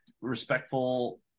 respectful